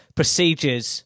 procedures